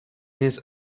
his